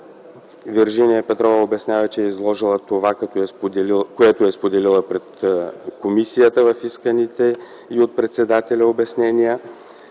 Виржиния Петрова обяснява, че е изложила това, което е споделила пред комисията, в исканите й от председателя обяснения.